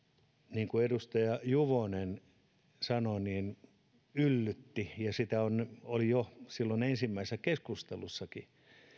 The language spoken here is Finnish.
niin kuin edustaja juvonen sanoi tämä yllytti ja sitä oli jo silloin ensimmäisessä keskustelussakin